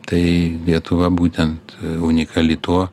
tai lietuva būtent unikali tuo